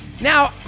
Now